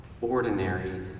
ordinary